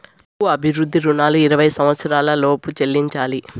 భూ అభివృద్ధి రుణాలు ఇరవై సంవచ్చరాల లోపు చెల్లించాలి